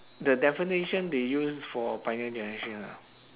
the definition they use for pioneer generation ah